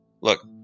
Look